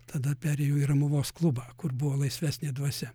tada perėjau į ramuvos klubą kur buvo laisvesnė dvasia